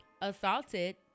assaulted